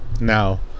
now